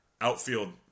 Outfield